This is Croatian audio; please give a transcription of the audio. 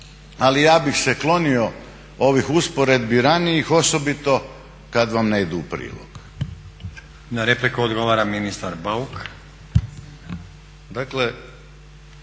ali ja bih se klonio ovih usporedbi ranijih osobito kada vam ne idu u prilog. **Stazić, Nenad (SDP)** Na repliku odgovara ministar Bauk. **Bauk,